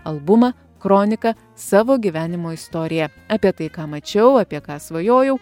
albumą kronika savo gyvenimo istoriją apie tai ką mačiau apie ką svajojau